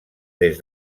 des